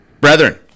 brethren